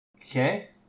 Okay